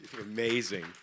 amazing